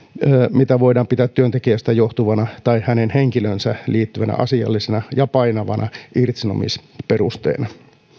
mitä voidaan pitää työntekijästä johtuvana tai hänen henkilöönsä liittyvänä asiallisena ja painavana irtisanomisperusteena